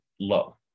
low